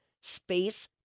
space